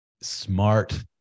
smart